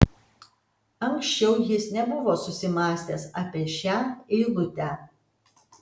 anksčiau jis nebuvo susimąstęs apie šią eilutę